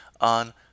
on